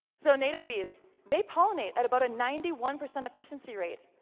so native bees, they pollinate at about a ninety one per cent efficiency rate,